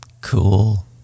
Cool